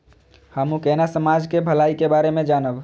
हमू केना समाज के भलाई के बारे में जानब?